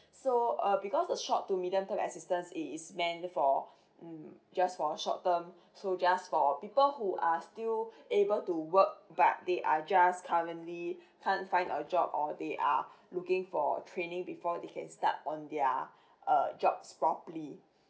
so uh because the short to medium term assistance it is meant for mm just for a short term so just for people who are still able to work but they are just currently can't find a job or they are looking for training before they can start on their uh jobs properly